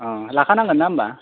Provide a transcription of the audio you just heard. अ'लाखा नांगोन ना होनबा